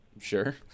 Sure